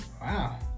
Wow